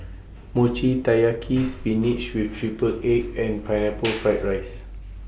Mochi Taiyaki Spinach with Triple Egg and Pineapple Fried Rice